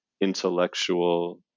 intellectual